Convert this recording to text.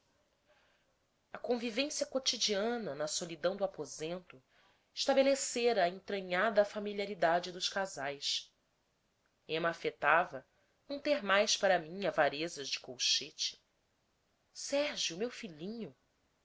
a convivência cotidiana na solidão do aposento estabelecera a entranhada familiaridade dos casais ema afetava não ter mais para mim avarezas de colchete sérgio meu filhinho